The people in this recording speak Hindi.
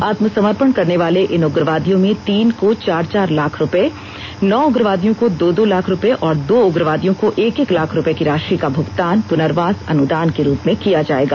आत्मसमर्पण करने वाले इन उग्रवादियों में तीन को चार चार लाख रुपए नौ उग्रवादियों को दो दो लाख रुपए और दो उग्रवादियों को एक एक लाख रुपए की राशि का भुगतान पुनर्वास अनुदान के रुप में किया जाएगा